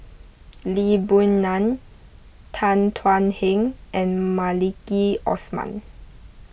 Lee Boon Ngan Tan Thuan Heng and Maliki Osman